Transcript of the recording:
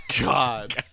God